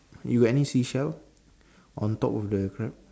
you got any seashell on top of the crab